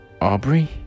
Aubrey